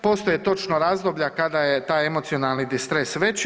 Postoje točno razdoblja kada je taj emocionalni distres veći.